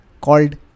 called